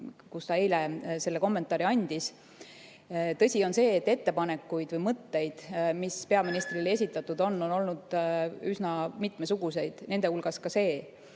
kus ta eile selle kommentaari andis. Tõsi on see, et ettepanekuid ja mõtteid, mis peaministrile on esitatud, on olnud üsna mitmesuguseid, nende hulgas ka see.